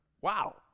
Wow